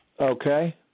Okay